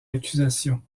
accusations